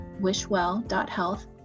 wishwell.health